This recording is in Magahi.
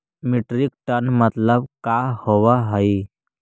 मीट्रिक टन मतलब का होव हइ?